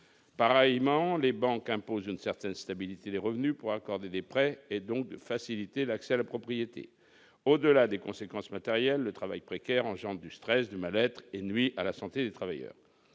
pareillement les banques impose une certaine stabilité des revenus pour accorder des prêts et donc de faciliter l'accès à la propriété, au-delà des conséquences matérielles le travail précaire engendre du stress du mal-être et nuit à la santé des travailleurs